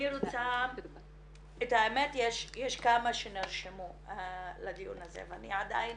יש כמה שנרשמו לדיון הזה, אבל אני עדיין